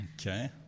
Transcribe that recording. Okay